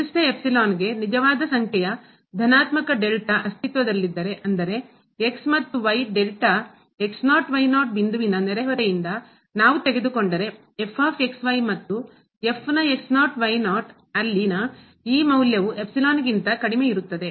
ನಿರ್ದಿಷ್ಟ ಎಪ್ಸಿಲಾನ್ಗೆ ನಿಜವಾದ ಸಂಖ್ಯೆಯ ಧನಾತ್ಮಕ ಡೆಲ್ಟಾ ಅಸ್ತಿತ್ವದಲ್ಲಿದ್ದರೆ ಅಂದರೆ ಮತ್ತು ಡೆಲ್ಟಾ ಬಿಂದುವಿನ ನೆರೆಹೊರೆಯಿಂದ ನಾವು ತೆಗೆದುಕೊಂಡರೆ ಮತ್ತು ನ ಈ ಮೌಲ್ಯವು ಎಪ್ಸಿಲಾನ್ ಗಿಂತ ಕಡಿಮೆ ಇರುತ್ತದೆ